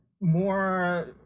more